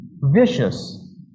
vicious